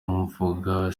mvuga